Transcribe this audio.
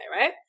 right